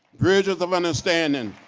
bridges of understanding. and